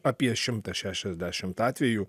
apie šimtą šešiasdešimt atvejų